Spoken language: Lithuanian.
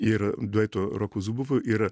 ir duetu roku zubovu ir